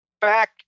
back